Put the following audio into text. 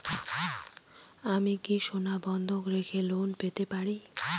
আমি কি সোনা বন্ধক রেখে লোন পেতে পারি?